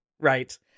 Right